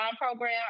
program